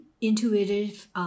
intuitive